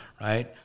right